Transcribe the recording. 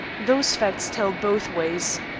those facts tell both ways.